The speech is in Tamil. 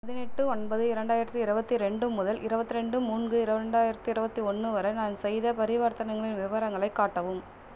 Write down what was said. பதினெட்டு ஒன்பது இரண்டாயிரத்தி இருவத்தி ரெண்டு முதல் இருவத்து ரெண்டு மூன்று இரண்டாயிரத்தி இருவத்தி ஒன்று வரை நான் செய்த பரிவர்த்தனைகளின் விவரங்களை காட்டவும்